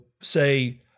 say